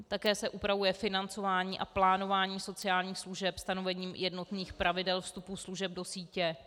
Také se upravuje financování a plánování sociálních služeb stanovením jednotných pravidel vstupu služeb do sítě.